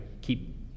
keep